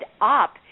up